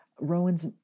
Rowan's